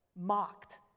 Mocked